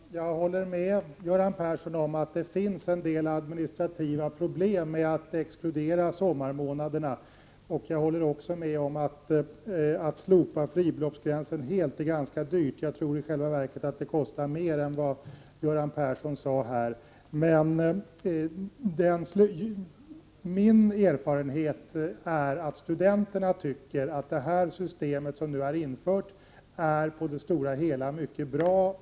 Herr talman! Jag håller med Göran Persson om att det finns en del administrativa problem med att exkludera inkomster intjänade under sommarmånaderna. Jag håller också med honom om att ett slopande av fribeloppsgränsen blir ganska dyrt. I själva verket lär det kosta mer än vad Göran Persson sade. 45 Min erfarenhet är att studenterna tycker att det införda studiemedelssystemet på det hela taget är mycket bra.